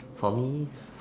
for me